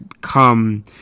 come